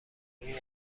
این